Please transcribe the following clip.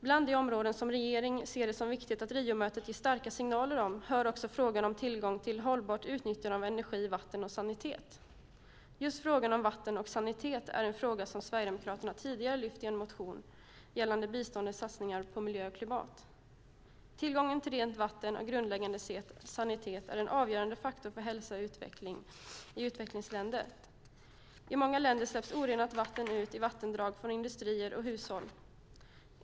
Bland de områden som regeringen ser det som viktigt att Riomötet ger starka signaler om hör också frågan om tillgång till och hållbart utnyttjande av energi, vatten och sanitet. Just frågan om vatten och sanitet har Sverigedemokraterna tidigare lyft i en motion gällande biståndets satsningar på miljö och klimat. Tillgången till rent vatten och grundläggande sanitet är en avgörande faktor för hälsa och utveckling i utvecklingsländer. I många länder släpps orenat vatten ut i vattendrag från industrier och hushåll.